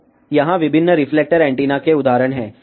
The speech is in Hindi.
तो यहाँ विभिन्न रिफ्लेक्टर एंटीना के उदाहरण हैं